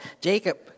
Jacob